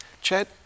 Chad